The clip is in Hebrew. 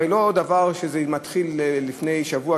הרי זה לא דבר שהתחיל לפני שבוע,